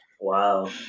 Wow